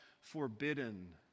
forbidden